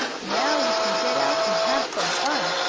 now we can get out and have some fun!